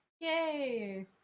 yay